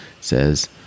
says